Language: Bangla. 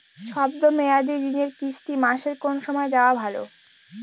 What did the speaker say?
শব্দ মেয়াদি ঋণের কিস্তি মাসের কোন সময় দেওয়া ভালো?